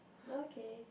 okay